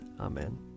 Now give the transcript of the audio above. Amen